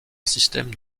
système